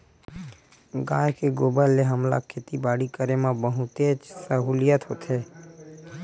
गाय के गोबर ले हमला खेती बाड़ी करे म बहुतेच सहूलियत होथे